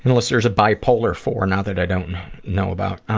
unless there's a bipolar four now that i don't know about.